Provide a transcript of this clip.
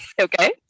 okay